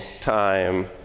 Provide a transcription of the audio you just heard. time